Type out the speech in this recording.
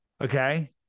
Okay